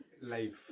life